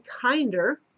kinder